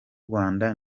rwanda